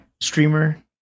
streamer